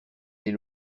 des